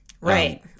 Right